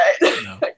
No